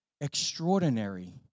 extraordinary